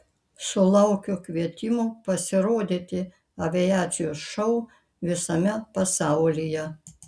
sulaukiu kvietimų pasirodyti aviacijos šou visame pasaulyje